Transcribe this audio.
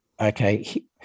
okay